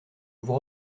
vous